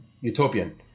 Utopian